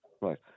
Right